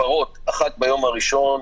הפרות אחת ביום הראשון,